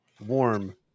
warm